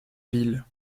ville